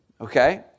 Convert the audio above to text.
okay